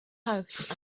house